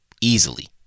Easily